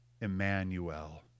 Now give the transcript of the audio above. Emmanuel